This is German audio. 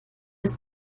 ist